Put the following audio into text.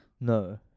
No